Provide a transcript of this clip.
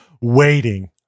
waiting